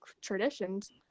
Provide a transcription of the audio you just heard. traditions